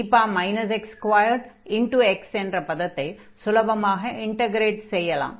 e x2x என்கிற பதத்தை சுலபமாக இன்டக்ரேட் செய்யலாம்